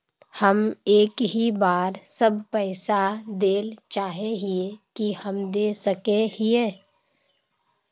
हम एक ही बार सब पैसा देल चाहे हिये की हम दे सके हीये?